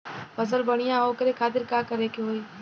फसल बढ़ियां हो ओकरे खातिर का करे के होई?